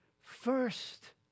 first